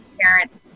parents